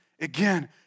again